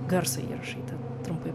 garso įrašai ten trumpai